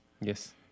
yes